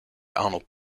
arnold